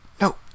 no